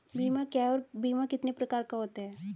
बीमा क्या है और बीमा कितने प्रकार का होता है?